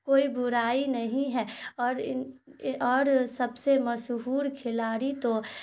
کوئی برائی نہیں ہے اور اور سب سے مشہور کھلاڑی تو